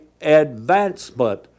advancement